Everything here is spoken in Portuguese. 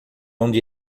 onde